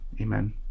amen